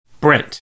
Brent